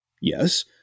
Yes